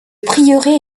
prieuré